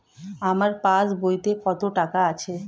আমার পাস বইতে কত টাকা আছে?